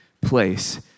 place